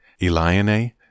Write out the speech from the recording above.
Eliane